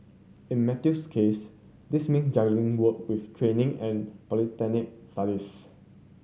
in Matthew's case this mean juggling work with training and polytechnic studies